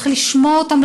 צריך לשמוע אותם,